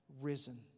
risen